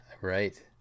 right